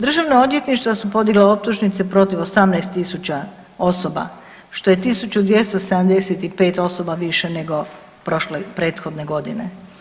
Državna odvjetništva su podigla optužnice protiv 18.000 osoba, što je 1.275 osoba više nego prošle i prethodne godine.